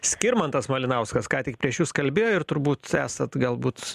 skirmantas malinauskas ką tik prieš jus kalbėjo ir turbūt esat galbūt